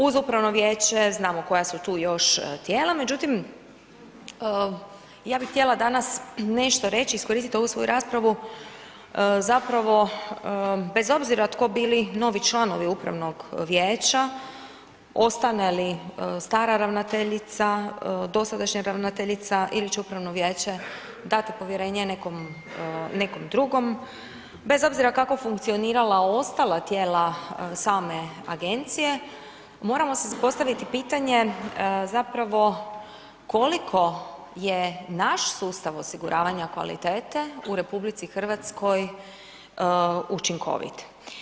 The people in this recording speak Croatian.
Uz Upravno vijeće, znamo koja su tu još tijela, međutim ja bih htjela danas nešto reći, iskoristit ovu svoju raspravu, zapravo bez obzira tko bili novi članovi Upravnog vijeća, ostane li stara ravnateljica, dosadašnja ravnateljica ili će Upravno vijeće dati povjerenje nekom, nekom drugom, bez obzira kako funkcionirala ostala tijela same Agencije, moramo si postaviti pitanje zapravo koliko je naš sustav osiguravanja kvalitete u Republici Hrvatskoj učinkovit?